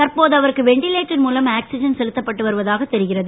தற்போது அவருக்கு வெண்டிலேட்டர் மூலம் ஆக்ஸிஜன் செலுத்தப்பட்டு வருவதாக தெரிகிறது